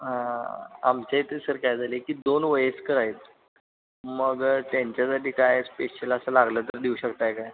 हा आमच्या इथे सर काय झाले आहे की दोन वयस्कर आहेत मग त्यांच्यासाठी काय स्पेशल असं लागलं तर देऊ शकताय काय